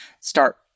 start